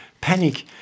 panic